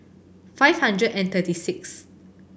five hundred and thirty sixth